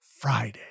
Friday